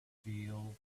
feel